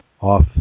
off